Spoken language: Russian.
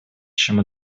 чем